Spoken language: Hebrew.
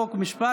חוק ומשפט.